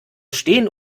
stehen